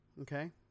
okay